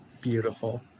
Beautiful